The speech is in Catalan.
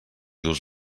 dus